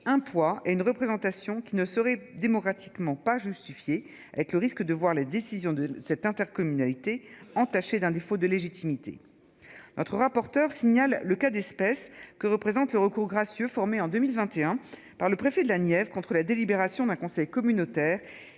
un poids et une représentation qui ne serait démocratiquement pas justifié là que le risque de voir les décisions de cette intercommunalité entaché d'un défaut de légitimité. Notre rapporteur signale le cas d'espèce que représente le recours gracieux formé en 2021 par le préfet de la Nièvre contre la délibération d'un conseil communautaire